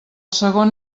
segon